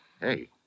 Hey